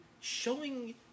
showing